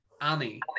Annie